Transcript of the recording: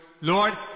Lord